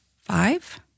five